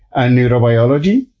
ah neurobiology.